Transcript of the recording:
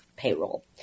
Payroll